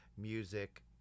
Music